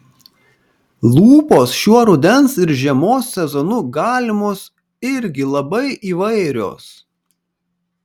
lūpos šiuo rudens ir žiemos sezonu galimos irgi labai įvairios